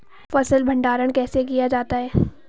फ़सल भंडारण कैसे किया जाता है?